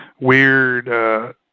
weird